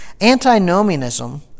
Antinomianism